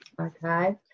Okay